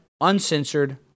uncensored